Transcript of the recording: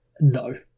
No